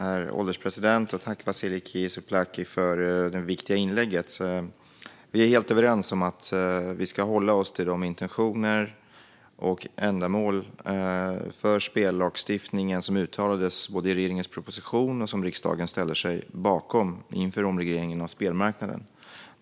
Herr ålderspresident! Tack, Vasiliki Tsouplaki, för det viktiga inlägget! Vi är helt överens om att vi ska hålla oss till de intentioner och ändamål för spellagstiftningen som uttalades i regeringens proposition och som riksdagen ställer sig bakom inför omregleringen av spelmarknaden.